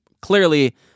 clearly